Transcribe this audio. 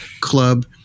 club